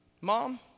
mom